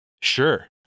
sure